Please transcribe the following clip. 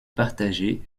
partagé